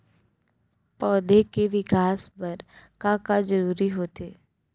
पौधे के विकास बर का का जरूरी होथे?